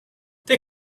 they